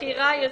הבחירה יזומה,